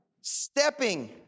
stepping